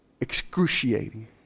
Excruciating